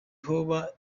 hoba